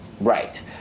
right